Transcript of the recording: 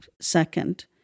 second